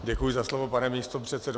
Děkuji za slovo, pane místopředsedo.